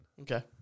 Okay